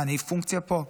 אני פונקציה פה?